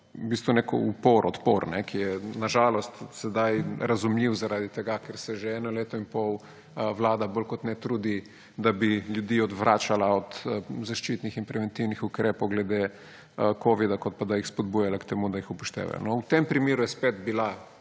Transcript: v bistvu nek upor, odpor, ki je na žalost sedaj razumljiv zaradi tega, ker se že eno leto in pol Vlada bolj kot ne trudi, da bi ljudi odvračala od zaščitnih in preventivnih ukrepov glede covida, kot pa, da jih spodbujala k temu, da jih upoštevajo. V tem primeru je spet bila